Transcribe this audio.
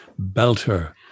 belter